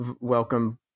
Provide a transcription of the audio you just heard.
welcome